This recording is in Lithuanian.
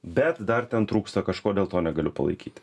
bet dar ten trūksta kažko dėl to negaliu palaikyti